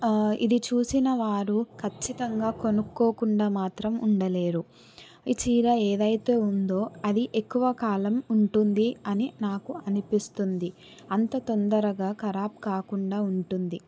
ఇది చూసినవారు ఖచ్చితంగా కొనుక్కోకుండా మాత్రం ఉండలేరు ఈ చీర ఏదైతే ఉందో అది ఎక్కువ కాలం ఉంటుంది అని నాకు అనిపిస్తుంది అంత తొందరగా ఖరాబ్ కాకుండా ఉంటుంది